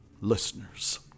listeners